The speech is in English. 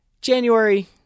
January